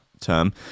term